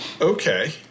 Okay